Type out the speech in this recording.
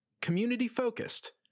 Community-focused